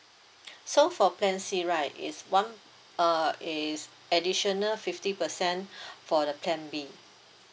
so for plan C right is one uh is additional fifty percent for the plan B